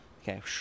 Okay